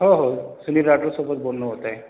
हो हो सुनील राठोडसोबत बोलणं होत आहे